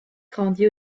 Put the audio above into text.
grandit